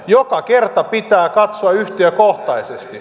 joka kerta pitää katsoa yhtiökohtaisesti